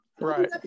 Right